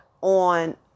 on